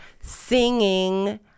singing